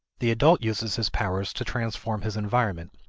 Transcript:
the adult uses his powers to transform his environment,